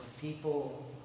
people